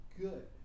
good